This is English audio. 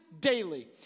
daily